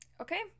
Okay